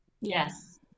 Yes